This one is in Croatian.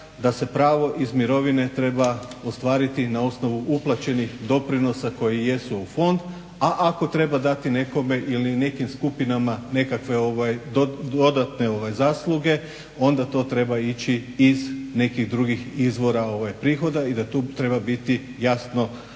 da se pravo iz mirovine treba ostvariti na osnovu uplaćenih doprinosa koji jesu u fond, a ako treba dati nekome ili nekim skupinama nekakve dodatne zasluge onda to treba ići iz nekih drugih izvora prihoda i da tu treba biti jasno